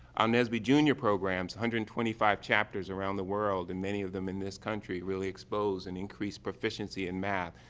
ah nsbe junior programs, and twenty five chapters around the world and many of them in this country, really expose and increase proficiency in math.